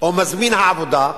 או מזמין העבודה,